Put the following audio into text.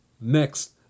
next